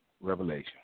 revelation